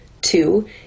Two